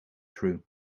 true